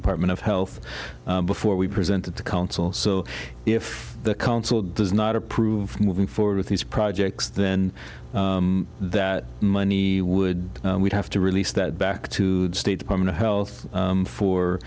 department of health before we presented to council so if the council does not approve moving forward with these projects then that money would have to release that back to the state department of health